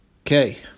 Okay